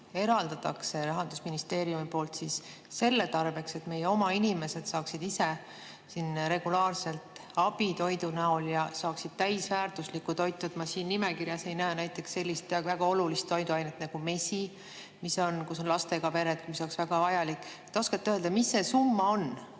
eraldatakse Rahandusministeeriumi poolt selle tarbeks, et meie oma inimesed saaksid regulaarselt abi toidu näol ja saaksid täisväärtuslikku toitu. Ma siin nimekirjas ei näe näiteks sellist väga olulist toiduainet nagu mesi – kus on lastega pered, seal oleks see väga vajalik. Kas te oskate öelda, mis see summa on,